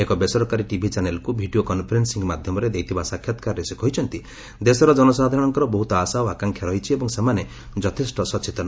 ଏକ ବେସରକାରୀ ଟିଭି ଚ୍ୟାନେଲ୍କୁ ଭିଡ଼ିଓ କନ୍ଫରେନ୍ସଂ ମାଧ୍ୟମରେ ଦେଇଥିବା ସାକ୍ଷାତ୍କାରରେ ସେ କହିଛନ୍ତି ଦେଲର ଜନସାଧାରଣଙ୍କର ବହୁତ ଆଶା ଓ ଆକାଂକ୍ଷା ରହିଛି ଏବଂ ସେମାନେ ଯଥେଷ ସଚେତନ